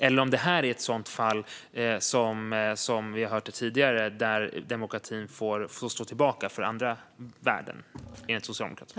Eller är detta ett sådant fall som vi har hört om tidigare där demokratin får stå tillbaka för andra värden, enligt Socialdemokraterna?